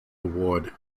award